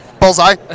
Bullseye